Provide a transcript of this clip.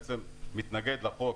הוא מתנגד לחוק,